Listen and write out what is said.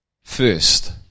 first